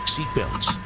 Seatbelts